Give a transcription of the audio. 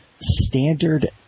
standard